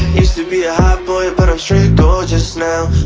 used to be a hot boy but i'm straight gorgeous now